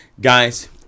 Guys